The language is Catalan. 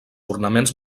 ornaments